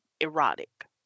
erotic